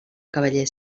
cavaller